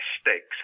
stakes